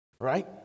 right